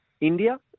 India